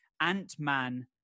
Ant-Man